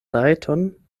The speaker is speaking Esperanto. rajton